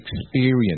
experience